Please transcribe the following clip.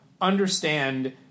understand